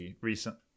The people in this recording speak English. recent